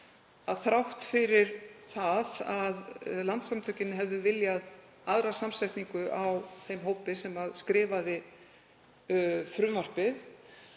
þrátt fyrir að landssamtökin hefðu viljað aðra samsetningu á þeim hópi sem skrifaði frumvarpið